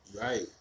Right